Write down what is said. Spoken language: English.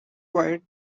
quiet